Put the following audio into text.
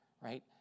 right